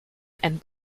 and